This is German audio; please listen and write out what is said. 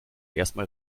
erstmal